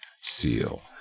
seal